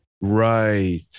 right